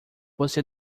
você